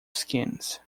skins